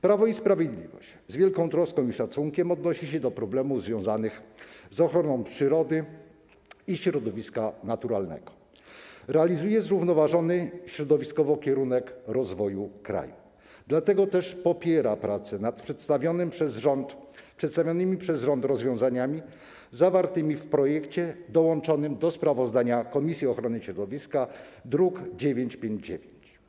Prawo i Sprawiedliwość z wielką troską i szacunkiem odnosi się do problemów związanych z ochroną przyrody i środowiska naturalnego, realizuje zrównoważony środowiskowo kierunek rozwoju kraju, dlatego też popiera prace nad przedstawionymi przez rząd rozwiązaniami zawartymi w projekcie dołączonym do sprawozdania komisji ochrony środowiska, druk nr 959.